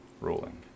ruling